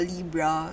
Libra